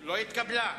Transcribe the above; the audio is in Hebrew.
לא נתקבלו.